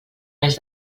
res